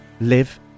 live